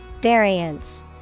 Variants